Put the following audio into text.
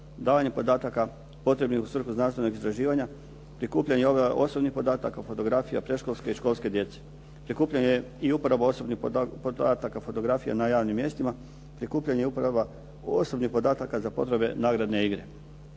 davanje podataka potrebnih u svrhu znanstvenog istraživanja, prikupljanja osobnih podataka, fotografija predškolske i školske djece, prikupljanja i uporaba osobnih podatka fotografija na javnim mjestima, prikupljanje i uporaba osobnih podataka za potrebe nagradne igre.